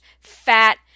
fat